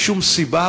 אין שום סיבה,